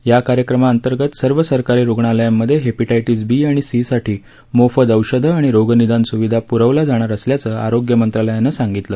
या कार्यक्रमांतर्गत सर्व सरकारी रुग्णालयांमध्ये हिपॅटायटीस बी आणि सी साठी मोफत औषध आणि रोगनिदान सुविधा प्रवल्या जाणार असल्याचं आरोग्य मंत्रालयानं सांगितलं